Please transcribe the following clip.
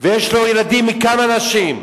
ויש לו ילדים מכמה נשים,